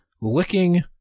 licking